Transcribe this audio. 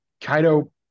Kaido